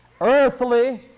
earthly